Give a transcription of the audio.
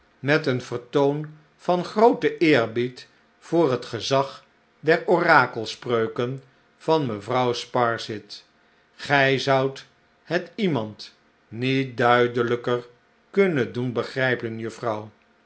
met een vertoon van grooten eerbied voor het gezag der orakelspreuken van mevrouw sparsit gij zoudt het iemand niet duidelijker kunnen doen begrijpen juffrouw